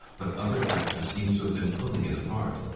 but other factors seem to have been pulling it apart.